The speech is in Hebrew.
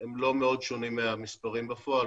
הם לא מאוד שונים מהמספרים בפועל,